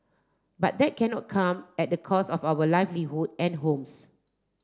but that cannot come at the cost of our livelihood and homes